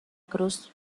cruz